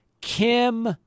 Kim